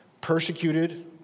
persecuted